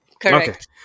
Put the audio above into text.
Correct